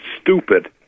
stupid